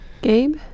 Gabe